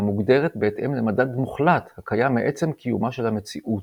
המוגדרת בהתאם למדד מוחלט הקיים מעצם קיומה של המציאות.